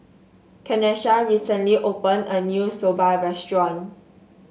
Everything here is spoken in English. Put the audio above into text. Kanesha recently opened a new Soba restaurant